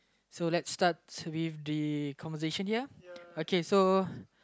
so let's start with the conversation here okay so